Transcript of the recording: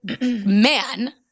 man